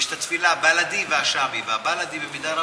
יש את התפילה הבלדי והשאמי, הבלדי, במידה רבה,